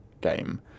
game